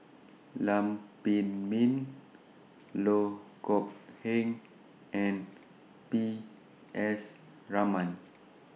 Lam Pin Min Loh Kok Heng and P S Raman